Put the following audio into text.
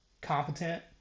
competent